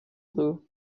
blue